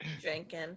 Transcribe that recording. Drinking